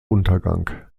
untergang